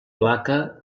placa